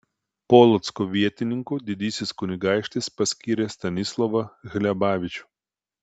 polocko vietininku didysis kunigaikštis paskyrė stanislovą hlebavičių